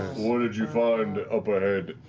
what did you find up ahead?